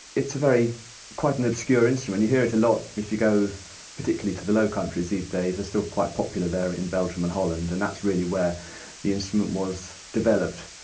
it's a very quite an obscure instrument. you hear it a lot if you, particularly, to the low countries these days it's still quite popular there in belgium and holland and that's really where the instrument was developed.